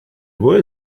boy